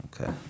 Okay